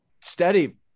Steady